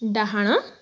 ଡାହାଣ